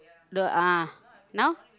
the ah now